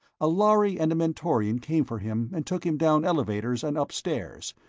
a lhari and a mentorian came for him and took him down elevators and up stairs,